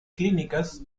clínicas